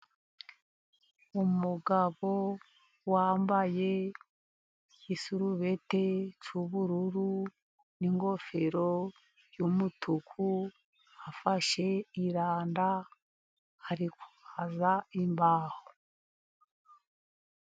Umugabo wambaye igisurubete cy'ubururu n'ingofero y'umutuku, afashe iranda ari kubaza imbaho.